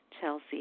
Chelsea